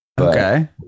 Okay